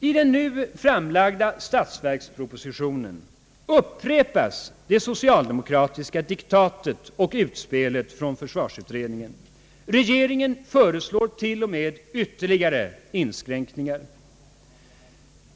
I den nu framlagda statsverkspropositionen upprepas det socialdemokratiska diktatet och utspelet från försvarsutredningen. Regeringen föreslår t.o.m. ytterligare inskränkningar.